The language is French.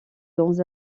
dans